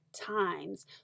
times